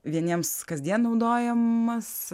vieniems kasdien naudojamas